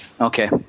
Okay